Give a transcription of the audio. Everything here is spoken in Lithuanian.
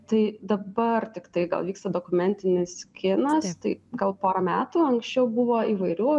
tai dabar tiktai gal vyksta dokumentinis kinas tai gal porą metų anksčiau buvo įvairių